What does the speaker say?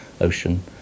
ocean